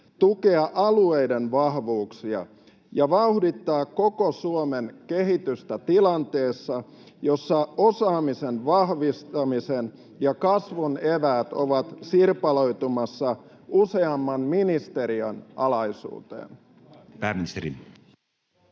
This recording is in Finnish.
tukea alueiden vahvuuksia ja vauhdittaa koko Suomen kehitystä tilanteessa, jossa osaamisen vahvistamisen ja kasvun eväät ovat sirpaloitumassa useamman ministeriön alaisuuteen?